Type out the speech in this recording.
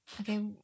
Okay